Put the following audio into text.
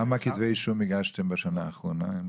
כמה כתבי אישום הגשתם בשנה האחרונה?